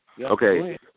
Okay